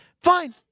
Fine